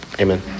amen